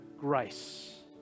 grace